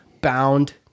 bound